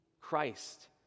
Christ